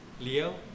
Leo